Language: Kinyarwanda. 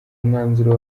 mwanzuro